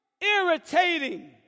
irritating